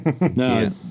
No